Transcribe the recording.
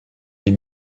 les